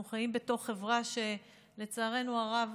אנחנו חיים בתוך חברה שלצערנו הרב,